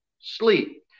sleep